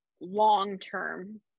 long-term